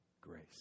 Grace